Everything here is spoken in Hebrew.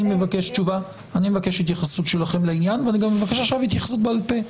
אני מבקש מכם התייחסות שלכם לעניין ואני גם מבקש עכשיו התייחסות בעל פה.